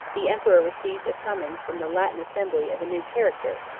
the emperor received a summons from the latin assembly of a new character,